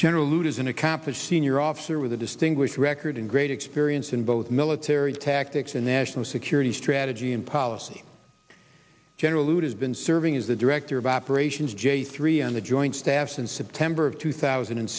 general lute is an accomplished senior officer with a distinguished record and great experience in both military tactics and national security strategy and policy general looters been serving as the director of operations j three on the joint staff since september of two thousand and